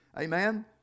Amen